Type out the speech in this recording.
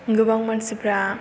गोबां मानसिफोरा